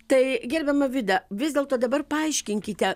tai gerbiama vida vis dėlto dabar paaiškinkite